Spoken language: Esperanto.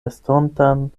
estontan